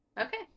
Okay